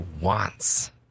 wants